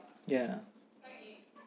ya